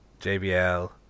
JBL